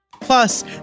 plus